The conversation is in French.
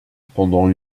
pendant